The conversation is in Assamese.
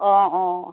অঁ অঁ